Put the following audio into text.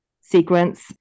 sequence